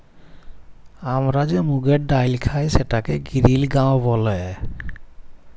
আমরা যে মুগের ডাইল খাই সেটাকে গিরিল গাঁও ব্যলে